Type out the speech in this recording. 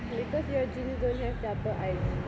because your genes don't have double eyelids